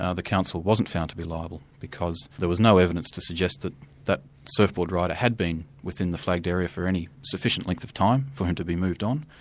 ah the council wasn't found to be liable, because there was no evidence to suggest that that surfboard rider had been within the flagged area for any sufficient length of time for him to be moved on,